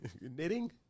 Knitting